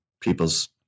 people's